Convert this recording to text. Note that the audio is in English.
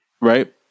right